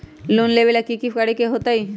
Loan लेबे ला की कि करे के होतई?